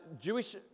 Jewish